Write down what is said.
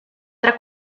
tra